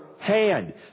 hand